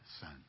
son